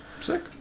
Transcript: Sick